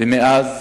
ומאז